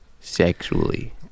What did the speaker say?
Sexually